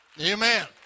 Amen